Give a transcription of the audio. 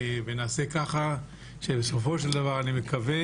ונעשה ככה שבסופו של דבר אני מקווה